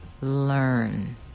learn